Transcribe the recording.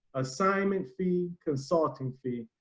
assignment fee consulting fee.